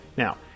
Now